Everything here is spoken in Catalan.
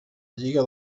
lliga